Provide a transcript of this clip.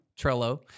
Trello